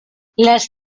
les